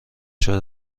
شده